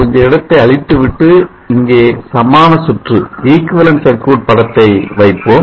கொஞ்சம் இடத்தை அழித்துவிட்டு இங்கே சமான சுற்று படத்தை வைப்போம்